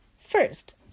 First